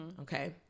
Okay